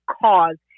cause